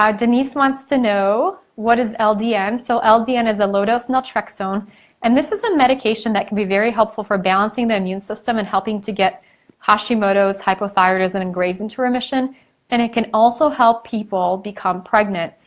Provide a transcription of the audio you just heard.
um denise wants to know what is ldn? so ldn is a low dose naltrexone and this is a medication that can be very helpful for balancing the immune system and helping to get hashimoto's hypothyroid and and graves into remission and it can also help people become pregnant.